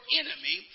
enemy